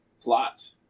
plot